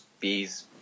bees